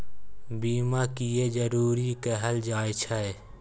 बीमा किये जरूरी कहल जाय छै?